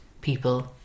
people